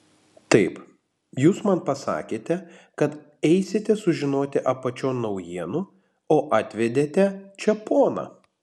taip jūs man pasakėte kad eisite sužinoti apačion naujienų o atvedėte čia poną